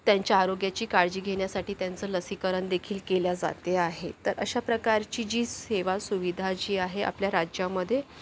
त्यांच्या आरोग्याची काळजी घेण्यासाठी त्यांचं लसीकरणदेखील केले जाते आहे तर अशा प्रकारची जी सेवा सुविधा जी आहे आपल्या राज्यामध्ये